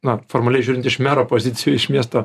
na formaliai žiūrint iš mero pozicijų iš miesto